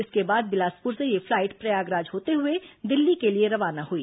इसके बाद बिलासपुर से यह फ्लाइट प्रयागराज होते हुए दिल्ली के लिए रवाना हुई